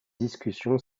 discussion